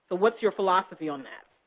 what's your philosophy on that?